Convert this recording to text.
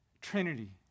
Trinity